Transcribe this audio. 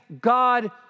God